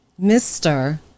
Mr